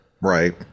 Right